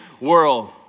world